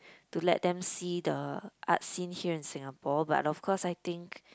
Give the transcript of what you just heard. to let them see the art scene here in Singapore but of course I think